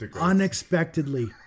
Unexpectedly